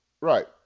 Right